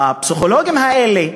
הפסיכולוגים האלה,